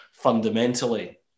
fundamentally